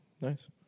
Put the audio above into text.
Nice